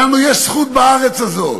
לנו יש זכות בארץ הזאת.